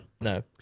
No